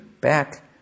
back